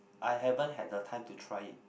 I haven't had the time to try it